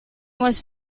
was